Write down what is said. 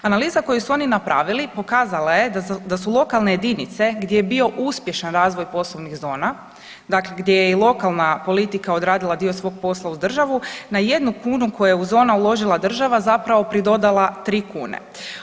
Analiza koju su oni napravili pokazala je da su lokalne jedinice gdje je bio uspješan razvoj poslovnih zona dakle gdje je i lokalna politika odradila dio svog posla uz državu na 1 kunu koja je u zonu uložila država zapravo pridodala 3 kune.